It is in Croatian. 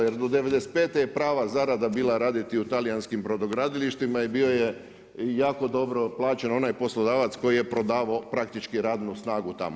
Jer do '95. je prava zarada bila raditi u talijanskim brodogradilištima i bio je jako dobro plaćen onaj poslodavac koji je prodavao praktički radnu snagu tamo.